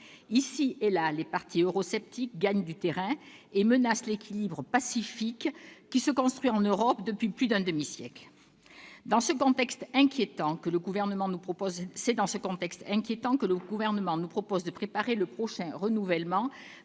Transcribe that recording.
Ici et là, les partis eurosceptiques gagnent du terrain et menacent l'équilibre pacifique qui se construit en Europe depuis plus d'un demi-siècle. C'est dans ce contexte inquiétant que le Gouvernement nous propose de préparer le prochain renouvellement